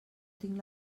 tinc